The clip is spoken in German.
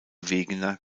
wegener